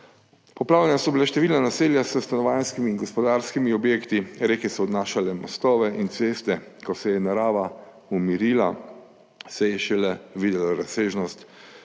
Poplavljena so bila številna naselja s stanovanjskimi in gospodarskimi objekti, reke so odnašale mostove in ceste. Ko se je narava umirila se je šele videla razsežnost